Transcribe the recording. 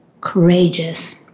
courageous